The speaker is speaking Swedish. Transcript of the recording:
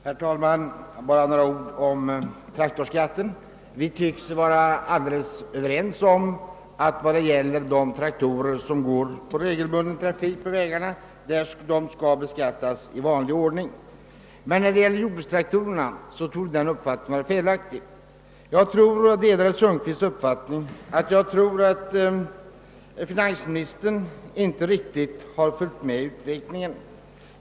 Herr talman! Bara några ord om traktorskatten. Vi tycks vara helt överens om att de traktorer som går i regelbunden trafik på vägarna skall beskattas i vanlig ordning. Däremot har vi olika uppfattningar beträffande jordbrukstraktorerna. Jag delar herr Sundkvists uppfattning, att finansministern inte riktigt tycks ha följt med i utvecklingen.